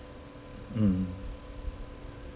mm